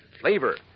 Flavor